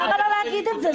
למה לא להגיד את זה?